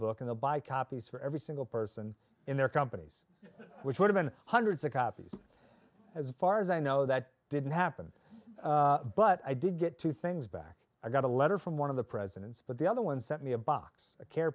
book in the buy copies for every single person in their companies which would have been hundreds of copies as far as i know that didn't happen but i did get two things back i got a letter from one of the presidents but the other one sent me a box a care